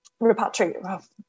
repatriate